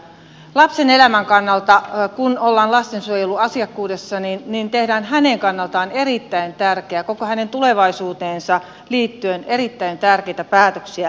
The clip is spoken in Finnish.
lapsen elämän kannalta kun ollaan lastensuojeluasiakkuudessa tehdään lapsen kannalta erittäin tärkeitä koko hänen tulevaisuuteensa liittyen erittäin tärkeitä päätöksiä